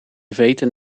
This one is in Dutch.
weten